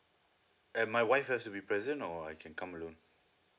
and my wife has to be present or I can come alone